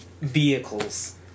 vehicles